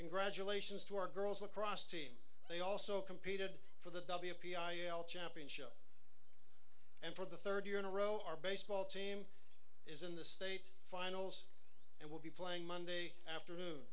congratulations to our girls across team they also competed for the championship and for the third year in a row our baseball team is in the state finals and will be playing monday afternoon